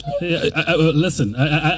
Listen